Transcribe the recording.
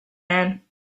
man